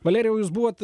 valerijau jūs buvot